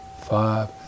five